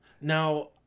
now